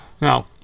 Now